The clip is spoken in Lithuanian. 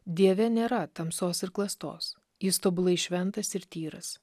dieve nėra tamsos ir klastos jis tobulai šventas ir tyras